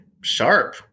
sharp